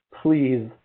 please